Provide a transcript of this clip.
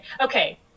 okay